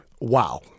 Wow